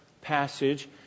passage